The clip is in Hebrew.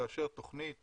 כאשר תכנית